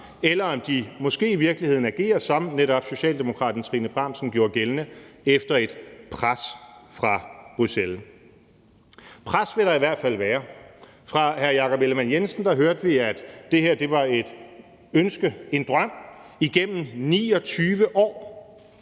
eller om de måske i virkeligheden agerer, som netop socialdemokraten fru Trine Bramsen gjorde efter et pres fra Bruxelles. Kl. 16:16 Pres vil der i hvert fald være. Fra hr. Jakob Ellemann-Jensen hørte vi, at det her har været et ønske, en drøm igennem 29 år.